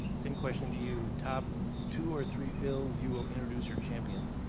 same question to you. top two or three bills you will introduce or and champion.